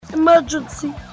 Emergency